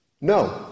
no